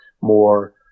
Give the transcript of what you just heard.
more